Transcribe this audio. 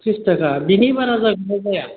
थ्रिस थाखा बिनि बारा जागोन ना जाया